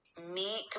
meet